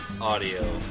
audio